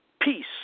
Peace